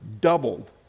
doubled